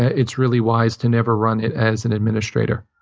it's really wise to never run it as an administrator.